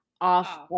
off